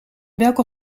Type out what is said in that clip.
welke